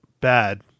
bad